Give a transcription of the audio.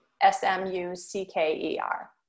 S-M-U-C-K-E-R